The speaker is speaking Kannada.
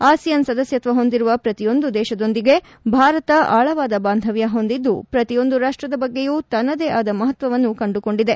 ಆಸಿಯಾನ್ ಸದಸ್ಯತ್ವ ಹೊಂದಿರುವ ಪ್ರತಿಯೊಂದು ದೇಶದೊಂದಿಗೆ ಭಾರತ ಆಳವಾದ ಬಾಂಧವ್ಯ ಹೊಂದಿದ್ದು ಪ್ರತಿಯೊಂದು ರಾಷ್ಟ್ರದ ಬಗ್ಗೆಯೂ ತನ್ನದೇ ಆದ ಮಹತ್ವವನ್ನು ಕಂಡುಕೊಂಡಿದೆ